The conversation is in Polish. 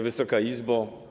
Wysoka Izbo!